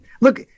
Look